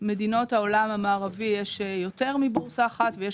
מדינות העולם המערבי יש יותר מבורסה אחת ויש